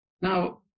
Now